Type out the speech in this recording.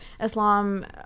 Islam